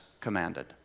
commanded